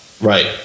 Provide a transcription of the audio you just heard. Right